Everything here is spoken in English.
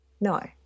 No